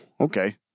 Okay